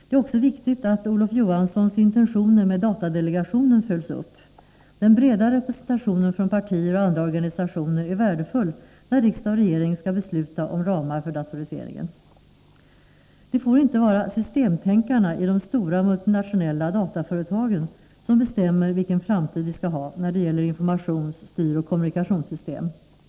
Det är också viktigt att Olof Johanssons intentioner med datadelegationen följs upp. Den breda representationen från partier och andra organisationer är värdefull när riksdag och regering skall besluta om ramar för datoriseringen. Det får inte vara systemtänkarna i de stora multinationella dataföretagen som bestämmer vilken framtid vi skall ha när det gäller informations-, styroch kommunikationssystem.